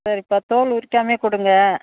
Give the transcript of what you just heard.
சரிப்பா தோல் உரிக்காமலே கொடுங்க